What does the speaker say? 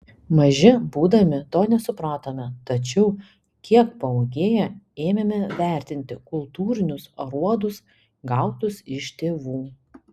maži būdami to nesupratome tačiau kiek paūgėję ėmėme vertinti kultūrinius aruodus gautus iš tėvų